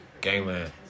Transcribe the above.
gangland